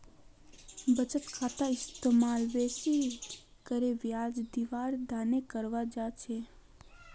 बचत खातार इस्तेमाल बेसि करे ब्याज दीवार तने कराल जा छे